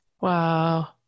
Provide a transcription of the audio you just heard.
Wow